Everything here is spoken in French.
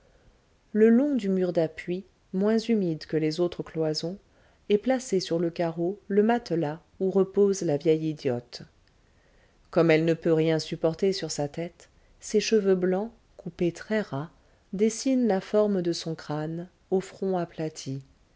le long du mur d'appui moins humide que les autres cloisons est placé sur le carreau le matelas où repose la vieille idiote comme elle ne peut rien supporter sur sa tête ses cheveux blancs coupés très ras dessinent la forme de son crâne au front aplati